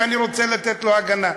שאני רוצה לתת לו הגנה,